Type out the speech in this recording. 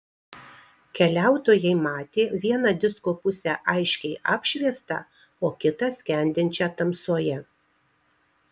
keliautojai matė vieną disko pusę aiškiai apšviestą o kitą skendinčią tamsoje